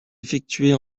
effectuées